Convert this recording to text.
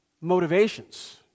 motivations